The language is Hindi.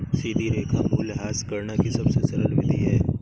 सीधी रेखा मूल्यह्रास गणना की सबसे सरल विधि है